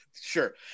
sure